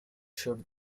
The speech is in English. shoot